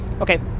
Okay